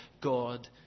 God